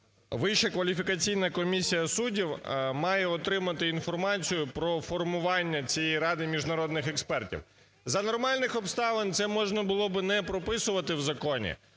Вища кваліфікаційна комісія суддів має отримати інформацію про формування цієї Ради міжнародних експертів. За нормальних обставин це можна було б не прописувати в законі,